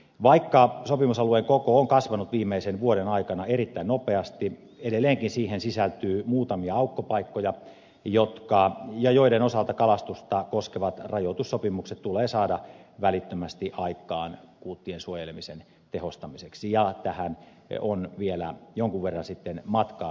vaikka sopimusalueen koko on kasvanut viimeisen vuoden aikana erittäin nopeasti edelleenkin siihen sisältyy muutamia aukkopaikkoja joiden osalta kalastusta koskevat rajoitussopimukset tulee saada välittömästi aikaan kuuttien suojelemisen tehostamiseksi ja tähän on vielä jonkun verran matkaa noilla osakaskunnilla